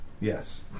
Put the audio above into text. Yes